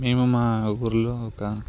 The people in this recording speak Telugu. మేము మా ఊర్లో ఒక